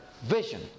Vision